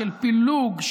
של פילוג,